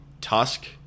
Tusk